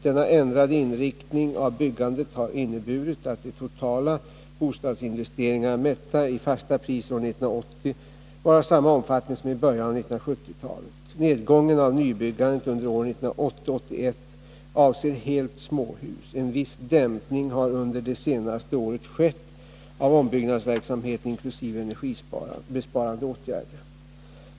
Denna ändrade inriktning av byggandet har inneburit att de totala bostadsinvesteringarna mätta i fasta priser år 1980 var av samma omfattning som i början av 1970-talet. Nedgången av nybyggandet under åren 1980 och 1981 avser helt småhus. En viss dämpning har under det senaste året skett av ombyggnadsverksamheten inkl. energibesparande åtgärder.